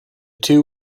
two